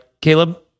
Caleb